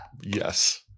yes